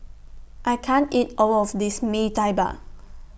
I can't eat All of This Mee Tai Mak